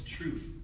truth